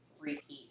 repeat